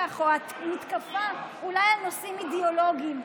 או המתקפה אולי על נושאים אידיאולוגיים,